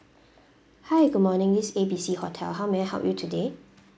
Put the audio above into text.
hi good morning this is A B C hotel how may I help you today